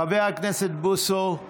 חבר הכנסת בוסו,